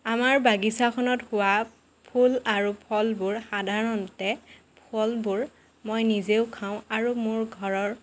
আমাৰ বাগিচাখনত হোৱা ফুল আৰু ফলবোৰ সাধাৰণতে ফলবোৰ মই নিজেও খাওঁ আৰু মোৰ ঘৰৰ